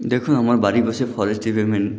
দেখুন আমার বাড়ির পাশে ফরেস্ট ডিপার্টমেন্ট